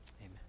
amen